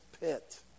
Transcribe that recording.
pit